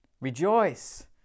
Rejoice